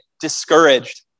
discouraged